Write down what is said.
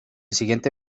siguiente